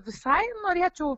visai norėčiau